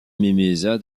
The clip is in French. mimizan